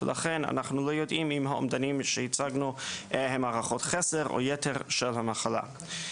לכן אנחנו לא יודעים אם האומדנים שהצגנו הם הערכות יתר או חסר של המחלה.